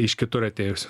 iš kitur atėjusių